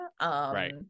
right